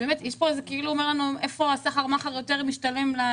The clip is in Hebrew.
הוא כאילו אומר לנו איפה הסחר-מכר יותר משתלם.